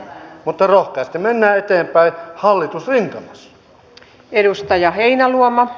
mutta rohkeasti mennään eteenpäin hallitusrintamassa